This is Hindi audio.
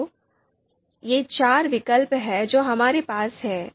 तो ये चार विकल्प हैं जो हमारे पास हैं